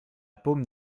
paume